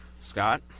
Scott